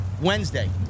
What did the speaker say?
Wednesday